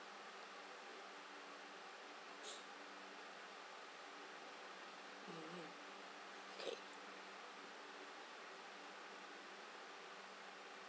email okay